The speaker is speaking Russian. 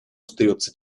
остается